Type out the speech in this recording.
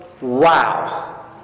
wow